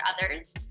others